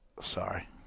Sorry